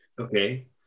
okay